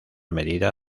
medida